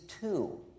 two